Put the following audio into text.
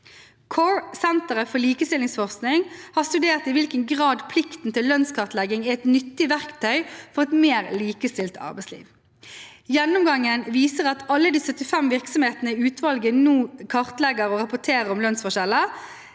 CORE, Senter for likestillingsforskning, har studert i hvilken grad plikten til lønnskartlegging er et nyttig verktøy for et mer likestilt arbeidsliv. Gjennomgangen viser at alle de 75 virksomhetene i utvalget nå kartlegger og rapporterer om lønnsforskjeller.